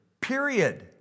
period